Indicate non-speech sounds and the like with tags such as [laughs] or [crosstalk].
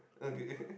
okay [laughs]